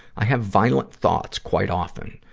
i have violent thoughts quite often.